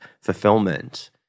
fulfillment